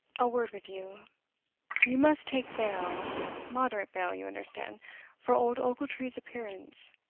a word with you you must take bail moderate bail, you understand for old ochiltree's appearance.